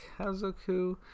Kazoku